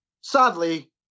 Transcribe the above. Sadly